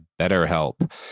BetterHelp